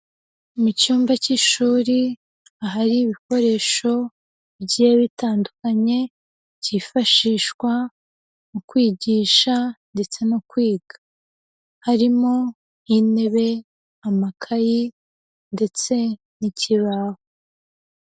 Mu cyumba cy'ishuri ahari ibikoresho bigiye bitandukanye, byifashishwa mu kwigisha ndetse no kwiga. Harimo nk'intebe, amakayi ndetse n'ikibaho.